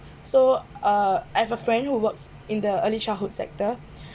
so uh I have a friend who works in the early childhood sector